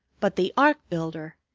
but the ark-builder,